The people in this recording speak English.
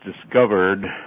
discovered